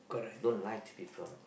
don't lie to people